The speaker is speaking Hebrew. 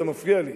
אתה מפריע לי.